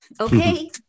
Okay